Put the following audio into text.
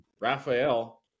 Raphael